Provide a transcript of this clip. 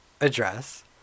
address